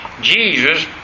Jesus